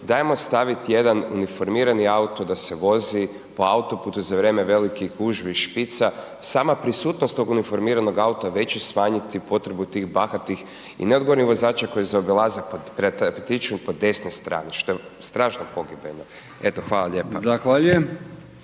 ajmo staviti jedan uniformirani auto da se vozi po autoputu za vrijeme velikih gužvi i špica, sama prisutnost tog uniformiranog auta već će smanjiti potrebu tih bahatih i neodgovornih vozača koji zaobilaze, pretječu po desnoj strani što je strašno pogibeno. Eto, hvala lijepa.